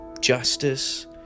justice